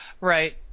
right